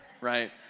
right